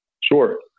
Sure